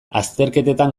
azterketetan